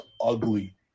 ugly